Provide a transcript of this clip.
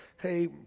Hey